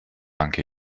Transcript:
anche